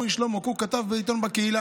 הוא אומר לי: שלמה קוק, כתב בעיתון בקהילה.